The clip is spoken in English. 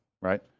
right